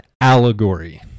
allegory